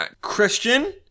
Christian